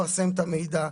לפרסם את המידע,